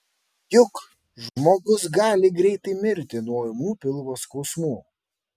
juk žmogus gali greitai mirti nuo ūmių pilvo skausmų